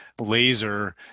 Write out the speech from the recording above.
laser